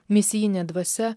misijinė dvasia